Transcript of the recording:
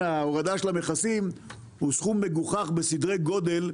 ההורדה של המכסים הוא סכום מגוחך בסדרי גודל,